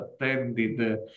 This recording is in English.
attended